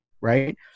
right